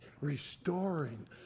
restoring